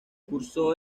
cursó